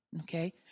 Okay